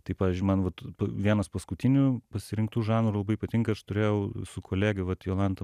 tai pavyzdžiui man vat vienas paskutinių pasirinktų žanrų labai patinka aš turėjau su kolege vat jolanta